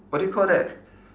what do you call that